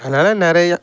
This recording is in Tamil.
அதனால நிறையா